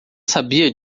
sabia